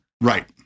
right